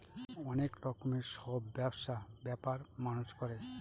অনেক রকমের সব ব্যবসা ব্যাপার মানুষ করে